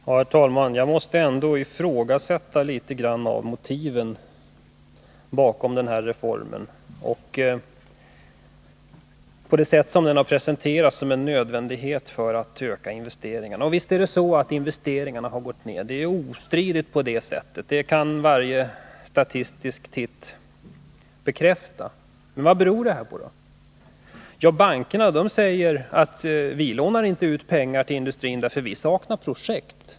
Herr talman! Jag måste ändå ifrågasätta litet grand av motiven bakom den här reformen och det sätt på vilket den har presenterats — som en nödvändighet för att öka investeringarna. Visst har investeringarna gått ned, det är ostridigt. Det kan varje titt i statistiken bekräfta. Men vad beror detta på? Bankerna säger: Vi lånar inte ut pengar till industrin, därför att vi saknar projekt.